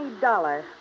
Dollar